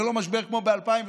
זה לא משבר כמו ב-2008,